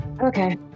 Okay